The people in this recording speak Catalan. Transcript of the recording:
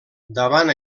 davant